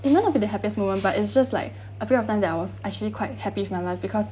it's not of the happiest moment but it's just like a bit of time that I was actually quite happy with my life because